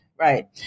right